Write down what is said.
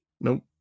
Nope